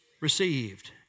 received